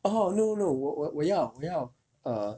orh no no 我我要我要 err